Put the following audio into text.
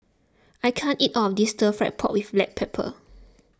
I can't eat all of this Stir Fried Pork with Black Pepper